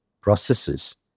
processes